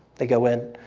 they go in,